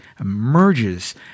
emerges